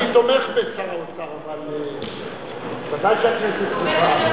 אני תומך בשר האוצר, אבל ודאי שהכנסת צריכה,